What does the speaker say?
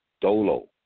Dolo